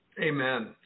amen